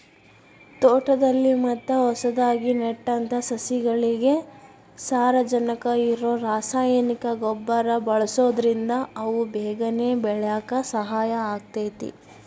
ತೋಟದಲ್ಲಿ ಮತ್ತ ಹೊಸದಾಗಿ ನೆಟ್ಟಂತ ಸಸಿಗಳಿಗೆ ಸಾರಜನಕ ಇರೋ ರಾಸಾಯನಿಕ ಗೊಬ್ಬರ ಬಳ್ಸೋದ್ರಿಂದ ಅವು ಬೇಗನೆ ಬೆಳ್ಯಾಕ ಸಹಾಯ ಆಗ್ತೇತಿ